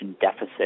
deficit